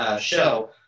show